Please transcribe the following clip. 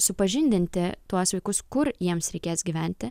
supažindinti tuos vaikus kur jiems reikės gyventi